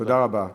תודה רבה.